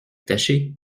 taché